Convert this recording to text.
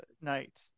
night